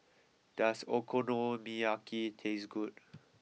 does Okonomiyaki taste good